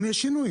גם יש שינויים.